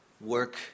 work